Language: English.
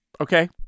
okay